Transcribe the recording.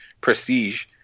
Prestige